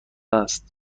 است